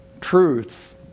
truths